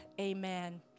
Amen